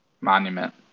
monument